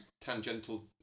tangential